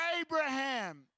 Abraham